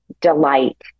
delight